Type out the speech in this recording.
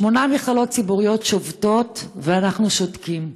שמונה מכללות ציבוריות שובתות ואנחנו שותקים.